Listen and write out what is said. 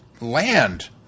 land